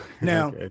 Now